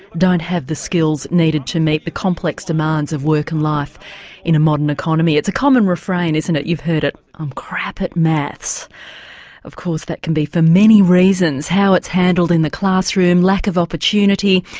don't have the skills needed to meet the complex demands of work and life in a modern economy. it's a common refrain isn't it, you've heard it i'm crap at maths of course that can be for many reasons how it's handled in the classroom, lack of opportunity,